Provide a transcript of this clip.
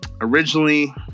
originally